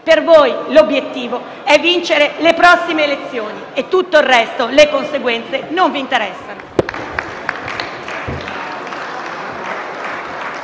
per voi l'obiettivo è vincere le prossime elezioni. Tutto il resto e le sue conseguenze non vi interessano.